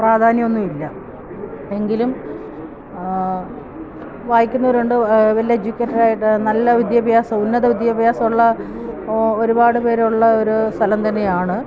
പ്രാധാന്യമൊന്നുമില്ല എങ്കിലും വായിക്കുന്നവരുണ്ട് well educated ആയിട്ട് നല്ല വിദ്യാഭ്യാസം ഉന്നത വിദ്യാഭ്യാസമുള്ള ഒരുപാട് പേരുള്ള ഒരു സ്ഥലം തന്നെയാണ്